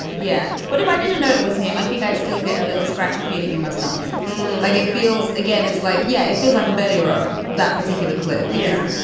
yeah but if i didn't know it was him, i think i'd still get a little scratchy feeling in my stomach like it feels. again, it's like. yeah, it feels like a body robe. that particular clip. yeah.